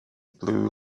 blue